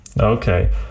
Okay